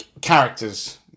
characters